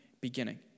beginning